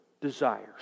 desires